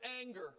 anger